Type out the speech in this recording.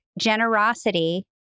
generosity